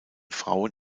frauen